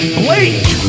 blake